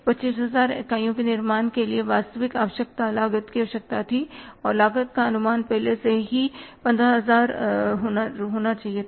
25000 इकाइयों के निर्माण के लिए वास्तविक आवश्यकता लागत की आवश्यकता थी और लागत का अनुमान पहले से ही 15000 होना चाहिए था